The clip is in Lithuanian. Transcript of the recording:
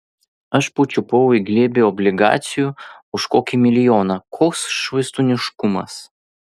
aš pačiupau į glėbį obligacijų už kokį milijoną koks švaistūniškumas